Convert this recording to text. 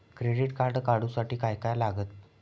Credit card काढूसाठी काय काय लागत?